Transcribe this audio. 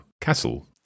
Castle